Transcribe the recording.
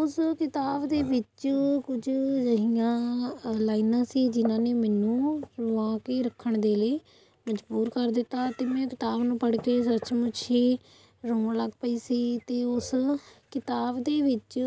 ਉਸ ਕਿਤਾਬ ਦੇ ਵਿੱਚ ਕੁਝ ਅਜਿਹੀਆਂ ਲਾਈਨਾਂ ਸੀ ਜਿਹਨਾਂ ਨੇ ਮੈਨੂੰ ਰੋਵਾ ਕੇ ਰੱਖਣ ਦੇ ਲਈ ਮਜ਼ਬੂਰ ਕਰ ਦਿੱਤਾ ਅਤੇ ਮੈਂ ਕਿਤਾਬ ਨੂੰ ਪੜ੍ਹ ਕੇ ਸੱਚ ਮੁੱਚ ਹੀ ਰੋਣ ਲੱਗ ਪਈ ਸੀ ਅਤੇ ਉਸ ਕਿਤਾਬ ਦੇ ਵਿੱਚ